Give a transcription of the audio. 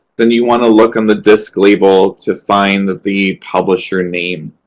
then you want to look on the disc label to find the publisher name.